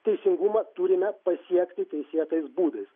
teisingumą turime pasiekti teisėtais būdais